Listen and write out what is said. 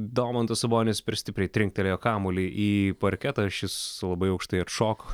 domantas sabonis per stipriai trinktelėjo kamuolį į parketą šis labai aukštai atšoko